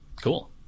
cool